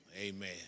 Amen